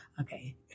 Okay